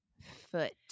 foot